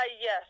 Yes